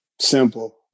Simple